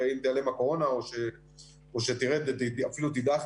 אם תיעלם הקורונה או אפילו תדעך,